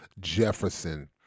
Jefferson